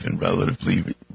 relatively